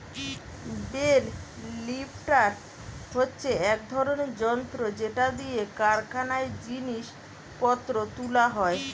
bell lifter হচ্ছে এক রকমের যন্ত্র যেটা দিয়ে কারখানায় জিনিস পত্র তুলা হয়